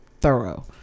thorough